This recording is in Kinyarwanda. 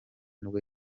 nibwo